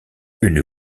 une